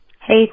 hey